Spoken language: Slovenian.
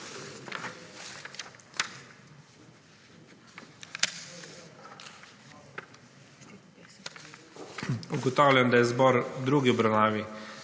Ugotavljam, da je zbor v drugi obravnavi